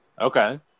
Okay